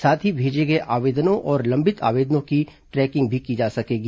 साथ ही भेजे गए आवेदनों और लंबित आवेदनों की ट्रैकिंग भी की जा सकेगी